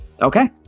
Okay